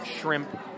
Shrimp